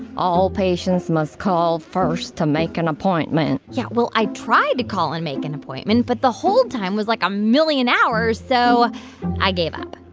all patients must call first to make an appointment yeah, well, i tried to call and make an appointment. but the hold time was, like, a million hours, so i gave up